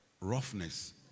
roughness